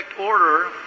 order